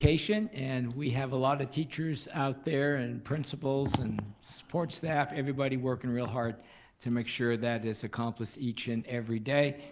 vacation, and we have a lot of teachers out there and principals and sports staff, everything working real hard to make sure that is accomplished each and every day.